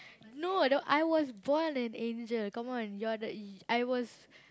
no the I was born an angel come on you are the y~ I was